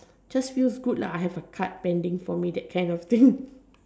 just feels good lah I have a cart pending for me that kinda thing